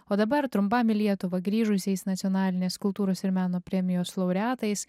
o dabar trumpam į lietuvą grįžusiais nacionalinės kultūros ir meno premijos laureatais